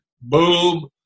boom